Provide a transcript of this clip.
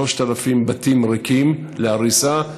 3,000 בתים ריקים להריסה,